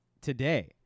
today